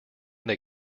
they